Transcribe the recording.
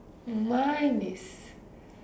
mine is